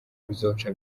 bazoca